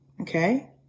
okay